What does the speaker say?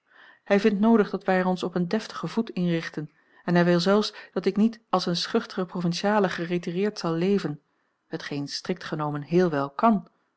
hij vindt noodig dat wij er ons op een deftigen voet inrichten en hij wil zelfs dat ik niet als eene schuchtere provinciale geretireerd zal leven hetgeen strikt genomen heel wel